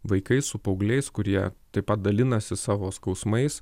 vaikais su paaugliais kurie taip pat dalinasi savo skausmais